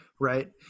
right